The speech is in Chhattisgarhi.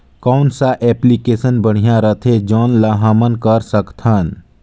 कौन सा एप्लिकेशन बढ़िया रथे जोन ल हमन कर सकथन?